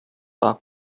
bug